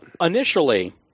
initially